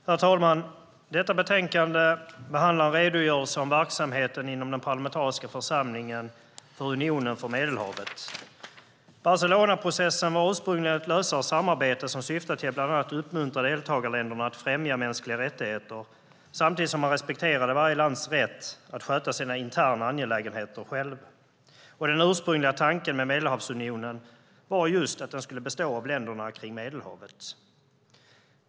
Herr talman! Detta betänkande behandlar en redogörelse om verksamheten inom den parlamentariska församlingen för Unionen för Medelhavet. Barcelonaprocessen var ursprungligen ett lösare samarbete, som syftade till att bland annat uppmuntra deltagarländerna att främja mänskliga rättigheter, samtidigt som man respekterade varje lands rätt att själv sköta sina interna angelägenheter. Den ursprungliga tanken med Medelhavsunionen var just att den skulle bestå av länderna kring Medelhavet.